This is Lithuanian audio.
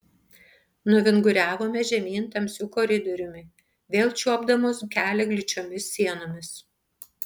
nuvinguriavome žemyn tamsiu koridoriumi vėl čiuopdamos kelią gličiomis sienomis